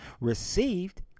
received